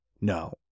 No